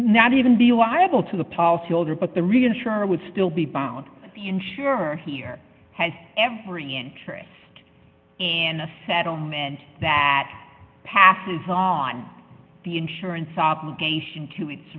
not even be liable to the policyholder but the reinsurer would still be bound to the insurer here has every interest in a settlement that passes on the insurance obligation to its